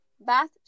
Bath